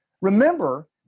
Remember